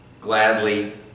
gladly